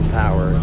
power